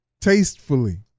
tastefully